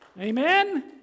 Amen